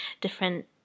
different